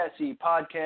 Podcast